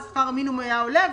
אם שכר המינימום היה עולה,